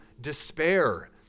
despair